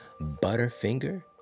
Butterfinger